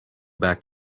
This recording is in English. back